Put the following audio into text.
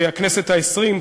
שהכנסת העשרים,